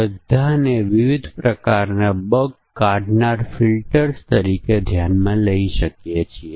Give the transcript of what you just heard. અને અહીં ફક્ત તે જુઓ કે આપણે સ્મોલ કેપ ઓલ કેપ બરાબરી સુપરસ્ક્રિપ્ટ સબસ્ક્રિપ્ટ વગેરે પસંદ કરીએ છીએ